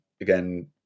again